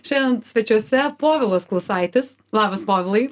šiandien svečiuose povilas klusaitis labas povilai